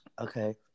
Okay